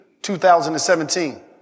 2017